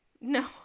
No